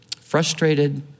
frustrated